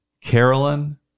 Carolyn